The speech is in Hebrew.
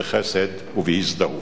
בחסד ובהזדהות.